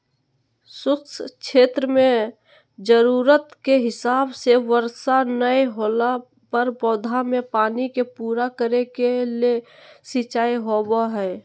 शुष्क क्षेत्र मेंजरूरत के हिसाब से वर्षा नय होला पर पौधा मे पानी के पूरा करे के ले सिंचाई होव हई